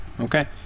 Okay